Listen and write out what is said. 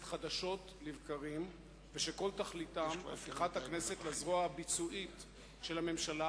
חדשות לבקרים וכל תכליתם הפיכת הכנסת לזרוע הביצועית של הממשלה